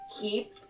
keep